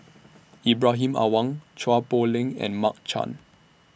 Ibrahim Awang Chua Poh Leng and Mark Chan